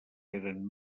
eren